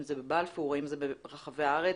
אם זה בבלפור או אם זה ברחבי הארץ,